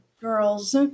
girls